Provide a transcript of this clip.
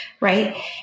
right